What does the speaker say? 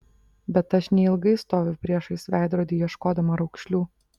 bet aš neilgai stoviu priešais veidrodį ieškodama raukšlių